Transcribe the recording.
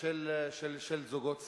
של זוגות צעירים.